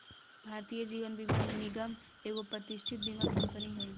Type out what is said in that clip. भारतीय जीवन बीमा निगम एगो प्रतिष्ठित बीमा कंपनी हई